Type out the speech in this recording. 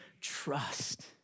trust